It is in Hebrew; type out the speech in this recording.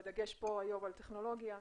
בדגש פה היום על טכנולוגיה,